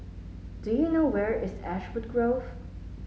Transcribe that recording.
do you know where is Ashwood Grove